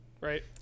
right